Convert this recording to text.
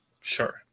Sure